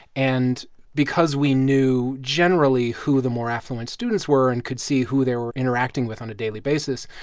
and because we knew, generally, who the more affluent students were and could see who they were interacting with on a daily basis,